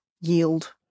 yield